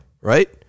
right